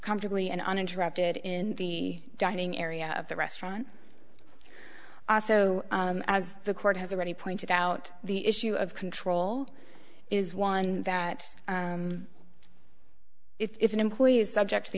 comfortably and uninterrupted in the dining area of the restaurant also as the court has already pointed out the issue of control is one that if an employee is subject t